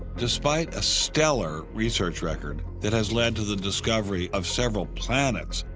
despite a stellar research record that has led to the discovery of several planets,